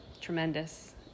tremendous